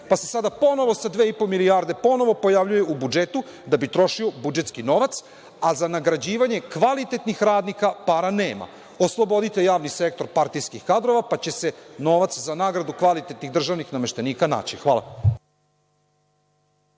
pa se sada ponovo sa dve i po milijarde, ponovo pojavljuju u budžetu da bi trošio budžetski novac, a za nagrađivanje kvalitetnih radnika para nema. Oslobodite javni sektor partijskih kadrova pa će se novac za nagradu kvalitetnih državnih nameštenika naći. Hvala.